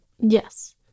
Yes